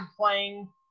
playing